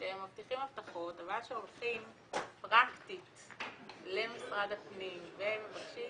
שהם מבטיחים הבטחות אבל עד שעושים פרקטית למשרד הפנים ומבקשים,